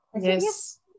Yes